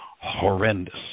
horrendous